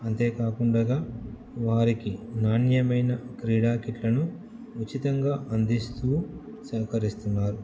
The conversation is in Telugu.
అంతేకాకుండా వారికి నాణ్యమైన క్రీడా కిిట్లను ఉచితంగా అందిస్తు సహకరిస్తున్నారు